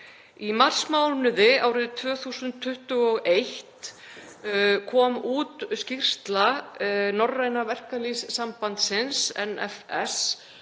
Í marsmánuði árið 2021 kom út skýrsla Norræna verkalýðssambandsins, NFS,